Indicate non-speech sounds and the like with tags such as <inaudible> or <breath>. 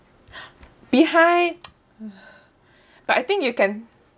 <breath> behind <noise> <breath> but I think you can